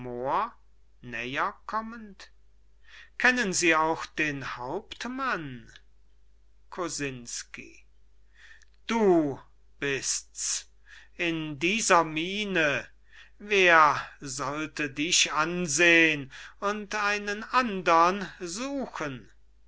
kennen sie auch den hauptmann kosinsky du bist's in dieser miene wer sollte dich anseh'n und einen andern suchen